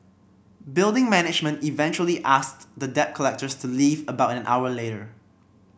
building management eventually asked the debt collectors to leave about an hour later